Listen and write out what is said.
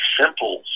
simple